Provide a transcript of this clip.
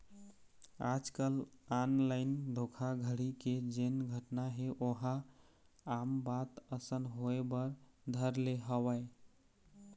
आजकल ऑनलाइन धोखाघड़ी के जेन घटना हे ओहा आम बात असन होय बर धर ले हवय